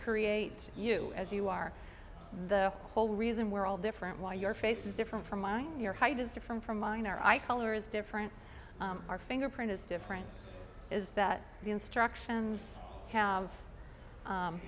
create you as you are the whole reason we're all different why your face is different from mine your height is different from mine our eye color is different our fingerprint is different is that the instructions have